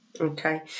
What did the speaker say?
Okay